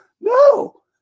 no